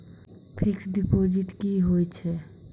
Fixed deposit की होय छै?